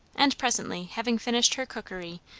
and presently, having finished her cookery,